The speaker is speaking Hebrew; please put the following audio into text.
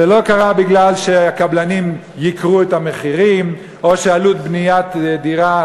זה לא קרה מפני שהקבלנים העלו את המחירים או שעלות בניית דירה,